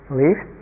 leave